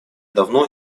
давно